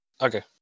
Okay